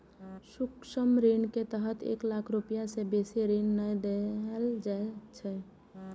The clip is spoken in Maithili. सूक्ष्म ऋण के तहत एक लाख रुपैया सं बेसी ऋण नै देल जाइ छै